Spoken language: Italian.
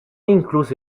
incluso